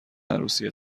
عروسی